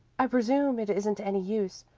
i presume it isn't any use,